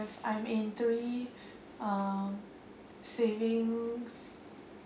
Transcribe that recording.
I'm in uh three savings